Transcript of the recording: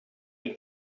dee